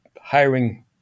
hiring